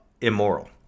immoral